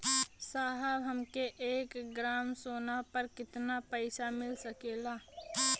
साहब हमके एक ग्रामसोना पर कितना पइसा मिल सकेला?